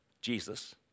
Jesus